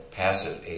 passive